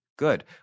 good